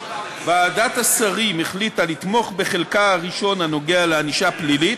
ועדת שרים החליטה לתמוך בחלקה הראשון של ההצעה הנוגע לענישה הפלילית.